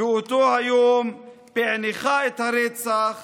באותו היום פענחה את הרצח.